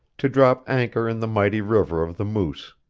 to drop anchor in the mighty river of the moose.